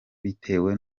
bitewe